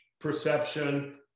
perception